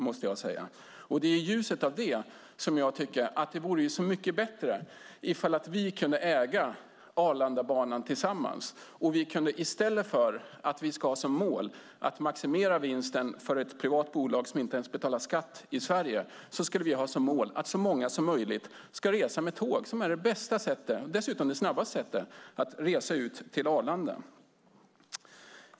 Det är i ljuset av det som jag tycker att det vore så mycket bättre om vi kunde äga Arlandabanan tillsammans. I stället för att ha som mål att maximera vinsten för ett privat bolag som inte ens betalar skatt i Sverige skulle vi ha som mål att så många som möjligt ska resa med tåg som är det bästa sättet och dessutom det snabbaste sättet att resa ut till Arlanda.